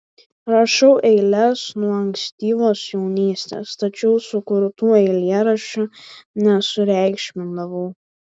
rašau eiles nuo ankstyvos jaunystės tačiau sukurtų eilėraščių nesureikšmindavau